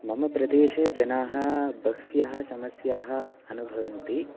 मम प्रदेशे जनाः बह्व्यः समस्याः अनुभवन्ति